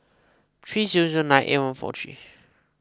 three zero zero nine eight one four three